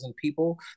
people